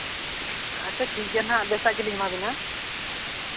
ᱟᱪᱪᱷᱟ ᱴᱷᱤᱠ ᱜᱮᱭᱟ ᱦᱟᱸᱜ ᱵᱮᱥᱟᱜ ᱜᱮᱞᱤᱧ ᱮᱢᱟ ᱵᱮᱱᱟ